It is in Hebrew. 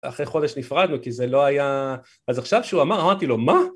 אחרי חודש נפרד לו כי זה לא היה... אז עכשיו כשהוא אמר, אמרתי לו, מה?